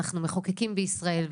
אנחנו מחוקקים בישראל,